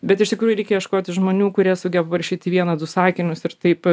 bet iš tikrųjų reikia ieškoti žmonių kurie sugeba parašyti vieną du sakinius ir taip